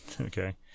okay